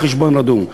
חשבון רדום,